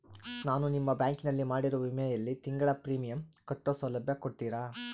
ನಾನು ನಿಮ್ಮ ಬ್ಯಾಂಕಿನಲ್ಲಿ ಮಾಡಿರೋ ವಿಮೆಯಲ್ಲಿ ತಿಂಗಳ ಪ್ರೇಮಿಯಂ ಕಟ್ಟೋ ಸೌಲಭ್ಯ ಕೊಡ್ತೇರಾ?